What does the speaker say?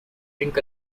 drink